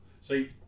see